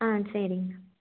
ஆ சரிங்க